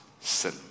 sin